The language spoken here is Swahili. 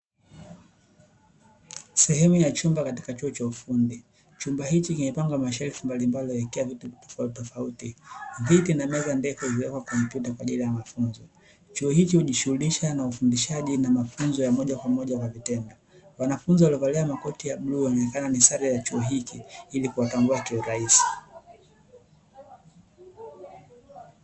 Sehemu ya chumba katika chuo cha ufundi, chumba hichi kimepangwa kwa mashelfu mbalimbali wakiekea vitu tofauti tofauti, viti na meza ndefu zimewekwa kwa mtindo wa mafunzo. Chuo hichi hujishughulisha na ufudishaji na mafunzo ya moja kwa moja na vitendo, wanafunzi waliovalia makoti ya bluu yanaonekana ni sare ya chuo hiki ili kuwa tambua kiurahisi.